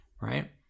right